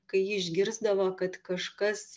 kai ji išgirsdavo kad kažkas